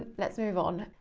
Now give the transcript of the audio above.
let's move on.